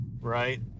right